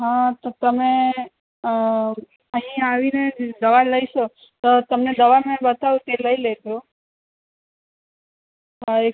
હ તો તમે અહીં આવીને દવા લેશો તો તમને દવા મેં બતાવું તે લઈ લેજો